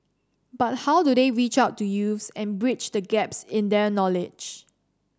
but how do they reach out to youths and bridge the gaps in their knowledge